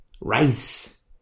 rice